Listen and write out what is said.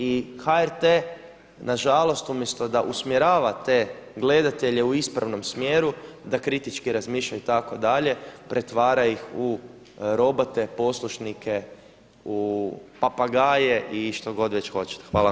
I HRT na žalost umjesto da usmjerava te gledatelje u ispravnom smjeru da kritički razmišlja itd. pretvara ih u robote poslušnike, papagaje i što god već hoćete.